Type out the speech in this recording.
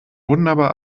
wunderbar